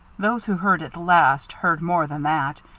those who heard it last heard more than that,